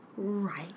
Right